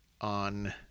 on